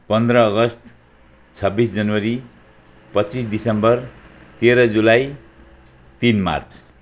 पन्ध्र अगस्ट छब्बिस जनवरी पच्चिस डिसेम्बर तेह्र जुलाई तिन मार्च